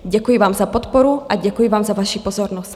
Děkuji vám za podporu a děkuji vám za vaši pozornost.